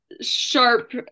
sharp